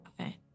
Okay